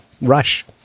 rush